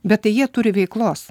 bet tai jie turi veiklos